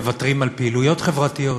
מוותרים על פעילויות חברתיות,